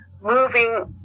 moving